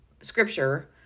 scripture